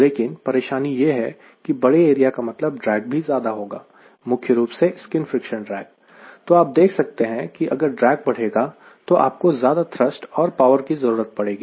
लेकिन परेशानी यह है कि बड़े एरिया का मतलब ड्रैग भी ज्यादा होगा मुख्य रूप से स्किन फ्रिक्शन ड्रेग तो आप देख सकते हैं कि अगर ड्रैग बढ़ेगा तो आपको ज्यादा थ्रस्ट और पावर की जरूरत पड़ेगी